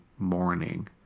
morning